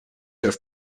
have